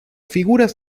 figuras